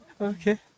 Okay